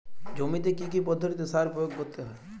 জমিতে কী কী পদ্ধতিতে সার প্রয়োগ করতে হয়?